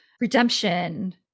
redemption